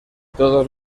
todos